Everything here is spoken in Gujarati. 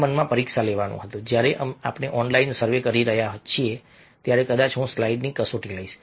મારા મનમાં પરીક્ષા લેવાનું હતું જ્યારે આપણે ઓનલાઈન સર્વે કરી રહ્યા હોઈએ ત્યારે કદાચ હું સ્લાઈડ્સની કસોટી લઈશ